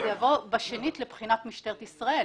שזה יבוא בשנית לבחינת משטרת ישראל.